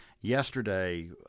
yesterday